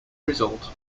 result